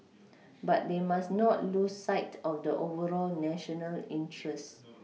but they must not lose sight of the overall national interest